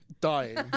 dying